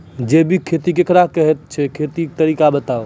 जैबिक खेती केकरा कहैत छै, खेतीक तरीका बताऊ?